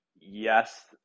yes